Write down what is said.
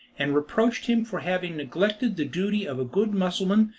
and reproached him for having neglected the duty of a good mussulman,